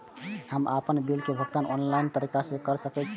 हम आपन बिल के भुगतान ऑनलाइन तरीका से कर सके छी?